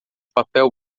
papel